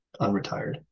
unretired